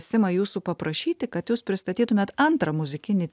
simai jūsų paprašyti kad jūs pristatytumėt antrą muzikinį